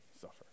suffer